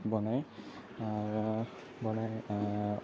বনাই বনাই